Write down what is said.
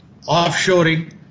offshoring